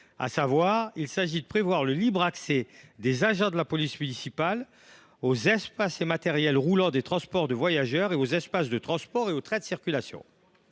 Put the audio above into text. à cet article, qui permet le libre accès des agents de la police municipale aux espaces et matériels roulants des transports de voyageurs, aux espaces de transport et aux trains en circulation.